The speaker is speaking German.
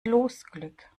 losglück